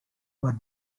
were